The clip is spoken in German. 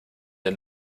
der